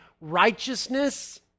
righteousness